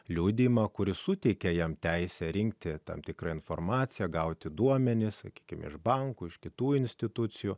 liudijimą kuris suteikia jam teisę rinkti tam tikrą informaciją gauti duomenys sakykime iš bankų iš kitų institucijų